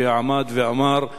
שעמד ואמר: